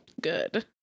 Good